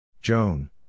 Joan